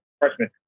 freshman